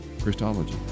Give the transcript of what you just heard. Christology